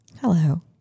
Hello